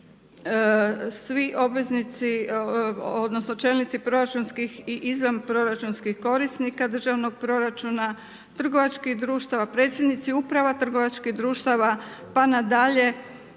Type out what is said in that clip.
svi obveznici odnosno čelnici proračunskih i izvanproračunskih korisnika državnog proračuna, trgovačkih društva, predsjednici uprava trgovačkih društava pa na dalje,